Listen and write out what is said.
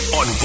on